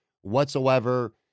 whatsoever